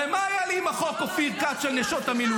הרי מה היה לי עם החוק של נשות המילואים,